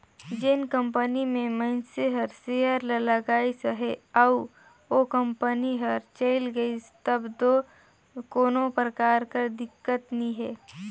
जेन कंपनी में मइनसे हर सेयर ल लगाइस अहे अउ ओ कंपनी हर चइल गइस तब दो कोनो परकार कर दिक्कत नी हे